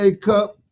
Cup